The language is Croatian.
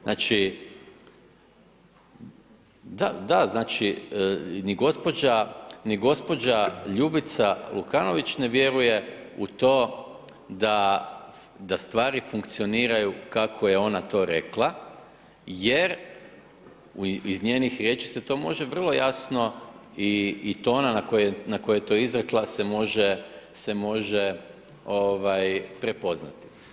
Znači, da, znači, ni gospođa Ljubica Lukanović ne vjeruje u to da stvari funkcioniraju kako je ona to rekla, jer iz njenih riječi se to može vrlo jasno i to ona na koji je to izrekla se može prepoznati.